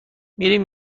میریم